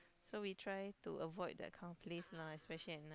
so we try to avoid that kind of place lah especially at night